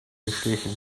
geschlichen